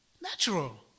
Natural